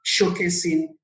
showcasing